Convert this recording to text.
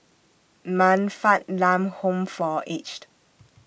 Man Fatt Lam Home For Aged